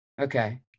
Okay